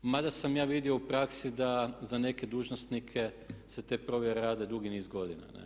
Mada sam ja vido u praksi da za neke dužnosnike se te provjere rade dugi niz godina.